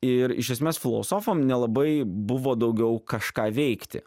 ir iš esmės filosofam nelabai buvo daugiau kažką veikti